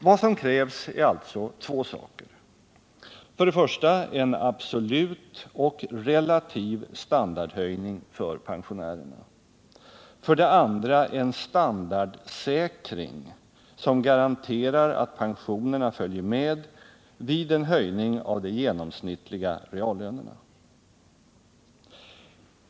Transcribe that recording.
Vad som krävs är alltså två saker: för det första en absolut och relativ standardhöjning för pensionärerna, för det andra en standardsäkring som garanterar att pensionerna följer med vid höjning av de genomsnittliga reallönerna.